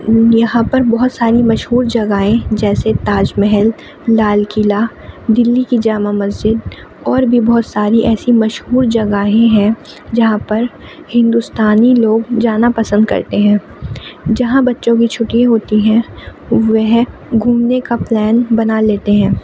یہاں پر بہت ساری مشہور جگہ ہیں جیسے تاج محل لال قلعہ دلی کی جامع مسجد اور بھی بہت ساری ایسی مشہور جگہیں ہیں جہاں پر ہندوستانی لوگ جانا پسند کرتے ہیں جہاں بچوں کی چھٹیاں ہوتی ہیں وہ گھومنے کا پلان بنا لیتے ہیں